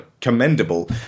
commendable